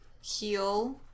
heal